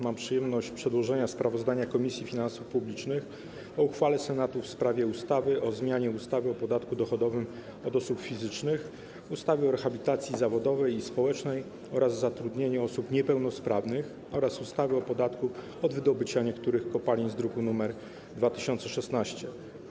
Mam przyjemność przedłożenia sprawozdania Komisji Finansów Publicznych o uchwale Senatu w sprawie ustawy o zmianie ustawy o podatku dochodowym od osób fizycznych, ustawy o rehabilitacji zawodowej i społecznej oraz zatrudnianiu osób niepełnosprawnych oraz ustawy o podatku od wydobycia niektórych kopalin, druk nr 2016.